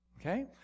Okay